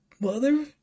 mother